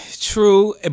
True